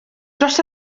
dros